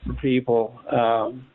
people